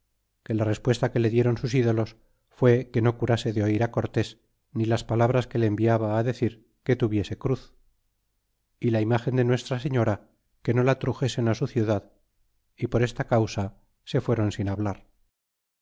que la respuesta que le dieron sus ídolos fué que no curase de oir á cortés ni las palabras que le enviaba decir que tuviese cruz y la imgen de nuestra seora que no la truxésen su ciudad y por esta causa se fuércin sin hablar